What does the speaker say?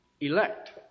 elect